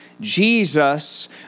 Jesus